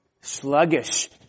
sluggish